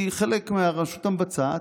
היא חלק מהרשות המבצעת,